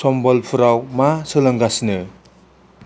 समबलपुराव मा सोलोगासिनो